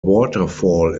waterfall